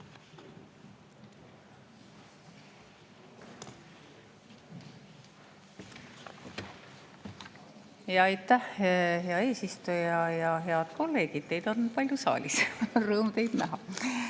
Aitäh, hea eesistuja! Head kolleegid! Teid on palju saalis, rõõm teid näha.